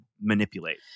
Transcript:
manipulate